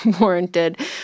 warranted